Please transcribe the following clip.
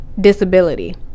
disability